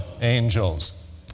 angels